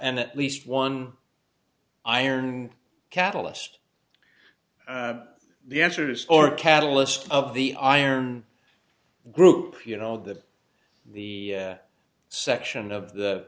and at least one iron catalyst the answers for catalyst of the iron group you know that the section of the